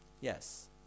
Yes